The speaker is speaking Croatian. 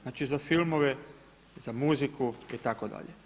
Znači za filmove, za muziku itd.